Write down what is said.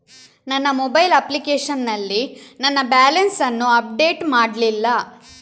ನನ್ನ mobile application ನಲ್ಲಿ ನನ್ನ ಬ್ಯಾಲೆನ್ಸ್ ಅನ್ನು ಅಪ್ಡೇಟ್ ಮಾಡ್ಲಿಲ್ಲ